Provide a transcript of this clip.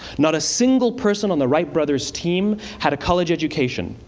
not a single person on the wright brothers' team had a college education,